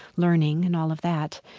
learning and all of that.